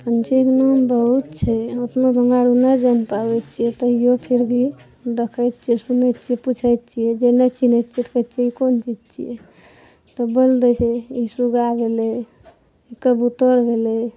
पक्षीके नाम बहुत छै ओतना तऽ हमरा आरु नहि जानि पाबै छियै तैयो फिर भी देखै छियै सुनै छियै पूछै छियै जे नहि चिन्है छियै तऽ कहै छियै ई कोन चीज छियै तऽ बोलि दै छै ई सूगा भेलै कबुत्तर भेलै